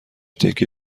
تکه